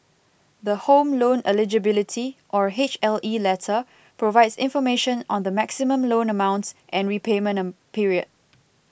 the Home Loan Eligibility or H L E letter provides information on the maximum loan amount and repayment period